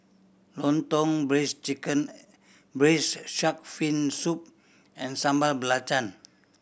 Lontong braised chicken Braised Shark Fin Soup and Sambal Belacan